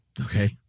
Okay